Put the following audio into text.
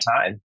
time